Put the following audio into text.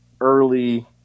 early